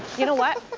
you know what?